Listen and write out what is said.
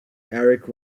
erik